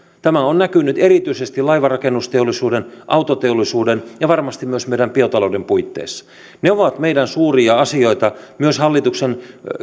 tämä on näkynyt erityisesti laivanrakennusteollisuuden autoteollisuuden ja varmasti myös meidän biotalouden puitteissa ne ovat meillä suuria asioita myös hallituksen